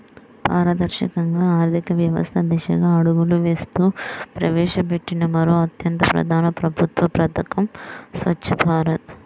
పారదర్శక ఆర్థిక వ్యవస్థ దిశగా అడుగులు వేస్తూ ప్రవేశపెట్టిన మరో అత్యంత ప్రధాన ప్రభుత్వ పథకం స్వఛ్చ భారత్